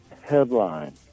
Headline